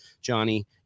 johnny